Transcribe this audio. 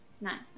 Nine